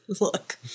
look